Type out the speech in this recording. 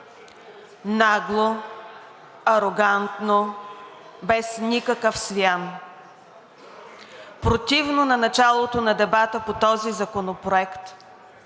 нагло, арогантно, без никакъв свян. Противно на началото на дебата по този законопроект,